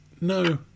No